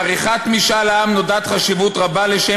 לעריכת משאל העם נודעת חשיבות רבה לשם